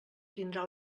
tindrà